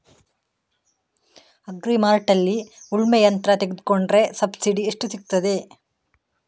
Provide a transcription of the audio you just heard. Agri ಮಾರ್ಟ್ನಲ್ಲಿ ಉಳ್ಮೆ ಯಂತ್ರ ತೆಕೊಂಡ್ರೆ ಸಬ್ಸಿಡಿ ಎಷ್ಟು ಸಿಕ್ತಾದೆ?